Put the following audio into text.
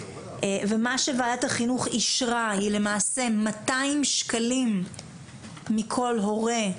ומה שוועדת החינוך אישרה זה למעשה 200 ש"ח מכל הורה,